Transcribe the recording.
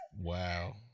Wow